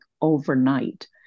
overnight